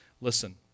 listen